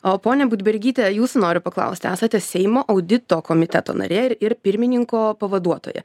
o ponia budbergyte jūsų noriu paklausti esate seimo audito komiteto narė ir ir pirmininko pavaduotoja